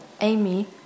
Amy